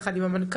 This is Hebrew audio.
ביחד עם המנכ"ל.